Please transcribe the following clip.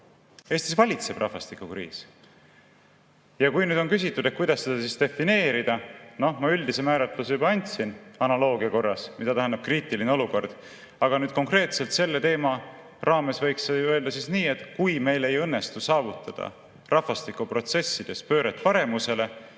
Eestis valitseb rahvastikukriis. On küsitud, kuidas seda siis defineerida. Noh, ma üldise määratluse juba andsin analoogia korras, mida tähendab kriitiline olukord. Aga konkreetselt selle teema raames võiks öelda nii, et kui meil ei õnnestu saavutada rahvastikuprotsessides pööret paremusele,